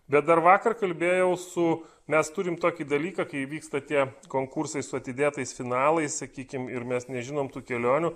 bet dar vakar kalbėjau su mes turim tokį dalyką kai vyksta tie konkursai su atidėtais finalai sakykim ir mes nežinom tų kelionių